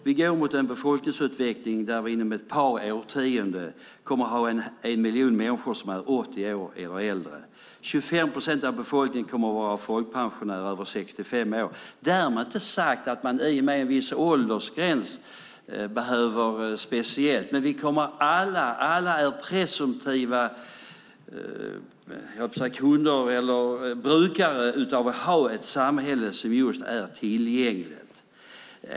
Vi går mot en befolkningsutveckling där vi inom ett par årtionden kommer att ha en miljon människor som är 80 år eller äldre. 25 procent av befolkningen kommer att vara folkpensionärer över 65 år. Därmed inte sagt att man i och med en viss åldersgräns har speciella behov. Men vi är alla presumtiva brukare av ett samhälle som just är tillgängligt.